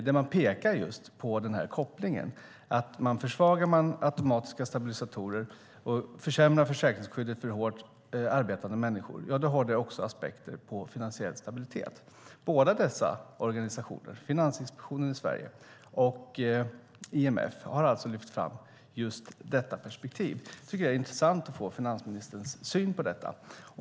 Där pekar man på just kopplingen att om man försvagar automatiska stabilisatorer och försämrar försäkringsskyddet för hårt arbetande människor har det effekter på finansiell stabilitet. Båda dessa organisationer, Finansinspektionen i Sverige och IMF, har alltså lyft fram just detta perspektiv. Jag tycker att det är intressant att få finansministerns syn på detta.